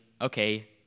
okay